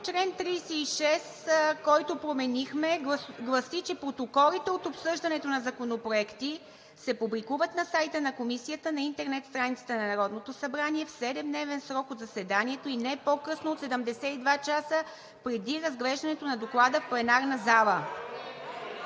чл. 36, който променихме, гласи, че протоколите от обсъждането на законопроекти се публикуват на сайта на Комисията, на интернет страницата на Народното събрание в седемдневен срок от заседанието и не по-късно от 72 часа преди разглеждането на доклада в пленарната зала.